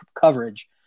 coverage